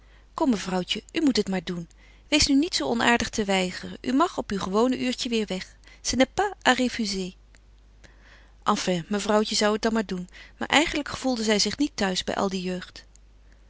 kom mevrouwtje u moet het maar doen wees nu niet zoo onaardig te weigeren u mag op uw gewone uurtje weêr weg ce n'est pas à refuser enfin mevrouwtje zou het dan maar doen maar eigenlijk gevoelde zij zich niet thuis bij al die jeugd